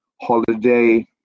holiday